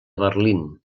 berlín